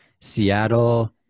Seattle